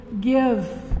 give